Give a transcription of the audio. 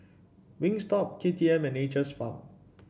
Wingstop K T M and Nature's Farm